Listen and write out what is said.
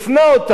האלף-בית